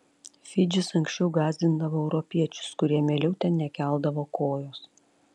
fidžis anksčiau gąsdindavo europiečius kurie mieliau ten nekeldavo kojos